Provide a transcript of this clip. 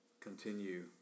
continue